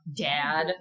Dad